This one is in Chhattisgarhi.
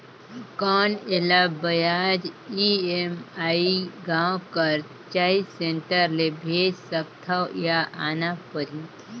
कौन एला ब्याज ई.एम.आई गांव कर चॉइस सेंटर ले भेज सकथव या आना परही?